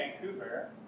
Vancouver